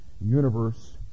universe